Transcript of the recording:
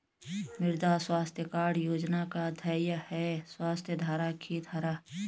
मृदा स्वास्थ्य कार्ड योजना का ध्येय है स्वस्थ धरा, खेत हरा